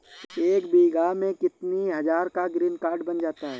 एक बीघा में कितनी हज़ार का ग्रीनकार्ड बन जाता है?